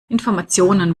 informationen